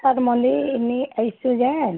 ଆଦେ ମନ୍ଦିର୍ ନେ ଆସ୍ଛେଁ ଯେନ୍